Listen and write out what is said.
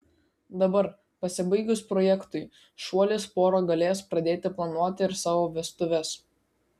dabar pasibaigus projektui šuolis pora galės pradėti planuoti ir savo vestuves